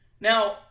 Now